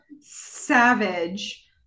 savage